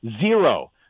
Zero